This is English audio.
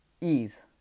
ease